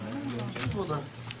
תודה רבה לכם.